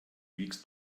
wiegst